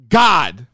god